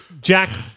Jack